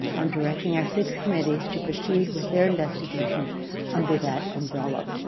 i'm directing our six committees to proceed with their investigations under that umbrella.